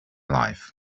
life